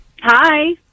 Hi